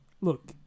Look